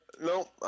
No